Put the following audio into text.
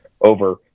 over